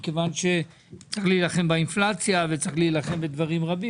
כיוון שצריך להילחם באינפלציה וצריך להילחם בדברים רבים